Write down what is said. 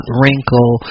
wrinkle